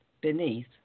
beneath